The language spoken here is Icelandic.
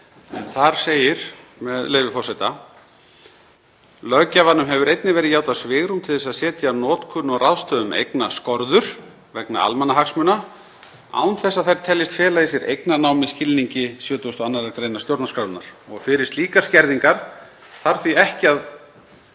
þar segir, með leyfi forseta: „Löggjafanum hefur einnig verið játað svigrúm til þess að setja notkun og ráðstöfun eigna skorður vegna almannahagsmuna án þess að þær teljist fela í sér eignarnám í skilningi 72. gr. stjórnarskrárinnar og fyrir slíkar skerðingar þarf því ekki að